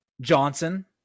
Johnson